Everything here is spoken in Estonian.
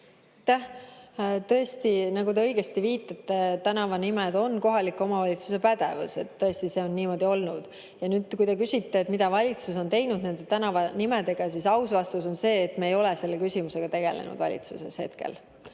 Aitäh! Tõesti, nagu te õigesti viitate, tänavanimed on kohaliku omavalitsuse pädevus. See on niimoodi olnud. Ja nüüd, kui te küsite, mida valitsus on teinud nende tänavanimedega, siis aus vastus on see, et me ei ole selle küsimusega valitsuses hetkel